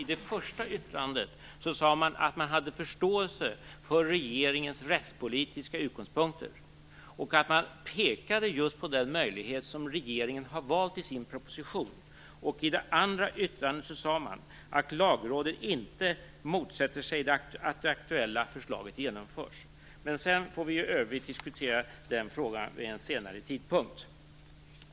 I sitt första yttrande sade man att man hade förståelse för regeringens rättspolitiska utgångspunkter, och man pekade just på den möjlighet som regeringen har valt i sin proposition. I sitt andra yttrande sade man att Lagrådet inte motsätter sig att det aktuella förslaget genomförs. I övrigt får vi diskutera den frågan vid en senare tidpunkt.